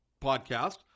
podcast